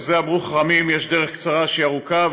על זה אמרו חכמים: יש דרך קצרה שהיא ארוכה,